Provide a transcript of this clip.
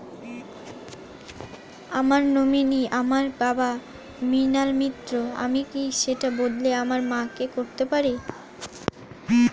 আমার নমিনি আমার বাবা, মৃণাল মিত্র, আমি কি সেটা বদলে আমার মা কে করতে পারি?